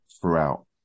throughout